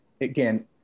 again